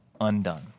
undone